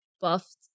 buffed